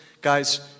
Guys